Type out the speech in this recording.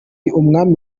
umwami